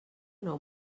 nou